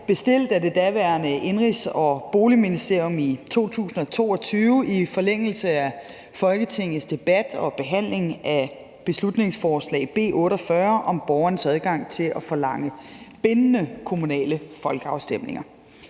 bestilt af det daværende Indenrigs- og Boligministerium i 2022 i forlængelse af Folketingets debat og behandling af beslutningsforslag nr. B 48 om borgernes adgang til at forlange bindende kommunale folkeafstemninger.